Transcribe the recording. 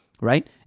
right